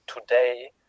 today